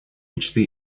мечты